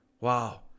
Wow